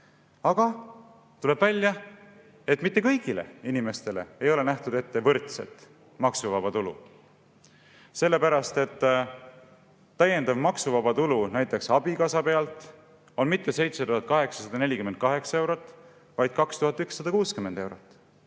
Aga tuleb välja, et mitte kõigile inimestele ei ole ette nähtud võrdset maksuvaba tulu, sellepärast et täiendav maksuvaba tulu näiteks abikaasa pealt pole mitte 7848 eurot, vaid on 2160 eurot.